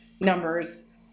numbers